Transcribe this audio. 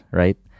right